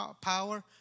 power